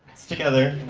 it's together,